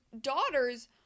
daughters